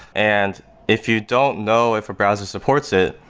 and if you don't know if a browser supports it,